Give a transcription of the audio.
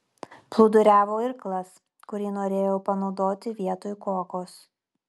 plūduriavo irklas kurį norėjau panaudoti vietoj kuokos